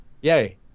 Yay